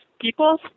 people